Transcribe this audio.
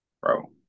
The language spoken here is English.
Bro